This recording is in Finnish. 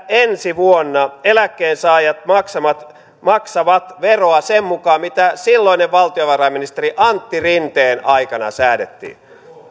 ensi vuonna eläkkeensaajat maksavat maksavat veroa sen mukaan mitä silloisen valtiovarainministeri antti rinteen aikana säädettiin